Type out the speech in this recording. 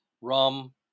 rum